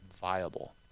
viable